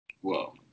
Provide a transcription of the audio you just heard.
Whoa